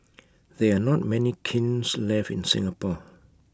there are not many kilns left in Singapore